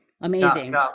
Amazing